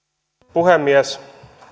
puhemies